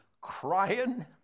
crying